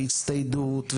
והצטיידות,